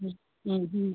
ಹ್ಞೂ ಹ್ಞೂ ಹ್ಞೂ